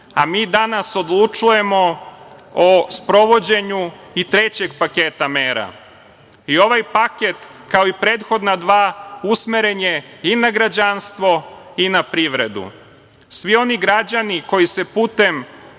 a mi danas odlučujemo o sprovođenju i trećeg paketa mera. Ovaj paket, kao i prethodna dva, usmeren je i na građanstvo i na privredu. Svi oni građani koji se putem